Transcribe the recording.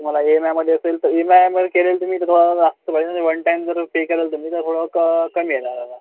तुम्हाला E M आयमध्ये असेल तर ई एम आयवर केले तर तुम्हाला जास्त पडेल आणि वन टाइम जर पे केलं तुम्ही तर थोडं क कमी येईल